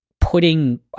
putting